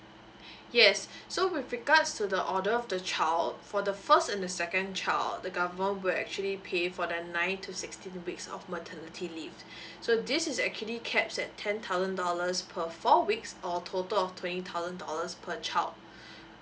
yes so with regards to the order of the child for the first and the second child the government will actually pay for the nine to sixteen weeks of maternity leave so this is actually caps at ten thousand dollars per four weeks or total of twenty thousand dollars per child